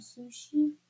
sushi